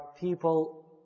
people